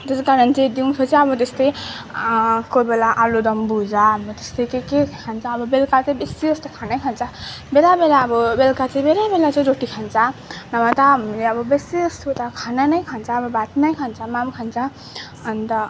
त्यसै कारण चाहिँ दिउँसो चाहिँ अब त्यस्तै कोहीबेला आलुदम भुजा अब त्यस्तै के के खान्छ अब बेलुका चाहिँ बेसी जस्तो खानै खान्छ बेला बेला अब बेलुका चाहिँ बेला बेला चाहिँ रोटी खान्छ नभए त हामीले अब बेसीजस्तो त खाना नै खान्छ अब भात नै खान्छ माम् खान्छ अन्त